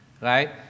Right